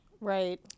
Right